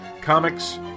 Comics